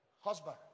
husband